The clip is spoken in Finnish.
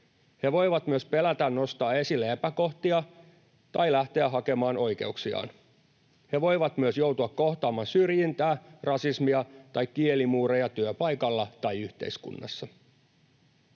He voivat myös pelätä nostaa esille epäkohtia tai lähteä hakemaan oikeuksiaan. He voivat myös joutua kohtaamaan syrjintää, rasismia tai kielimuureja työpaikalla tai yhteiskunnassa.